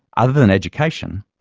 other than education,